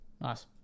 Nice